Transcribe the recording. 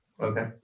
Okay